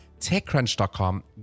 TechCrunch.com